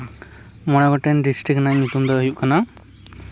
ᱢᱚᱬᱮ ᱜᱚᱴᱮᱱ ᱰᱤᱥᱴᱤᱠ ᱨᱮᱭᱟᱜ ᱧᱩᱛᱩᱢ ᱫᱚ ᱦᱩᱭᱩᱜ ᱠᱟᱱᱟ